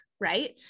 right